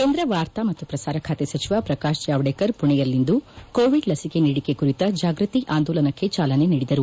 ಕೇಂದ್ರ ವಾರ್ತಾ ಮತ್ತು ಪ್ರಸಾರ ಖಾತೆ ಸಚಿವ ಪ್ರಕಾಶ್ ಜಾವಡೇಕರ್ ಪುಣೆಯಲ್ಲಿಂದು ಕೋವಿಡ್ ಲಸಿಕೆ ನೀಡಿಕೆ ಕುರಿತ ಜಾಗೃತಿ ಆಂದೋಲನಕ್ಕೆ ಚಾಲನೆ ನೀಡಿದರು